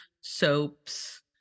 soaps